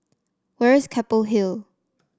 where is Keppel Hill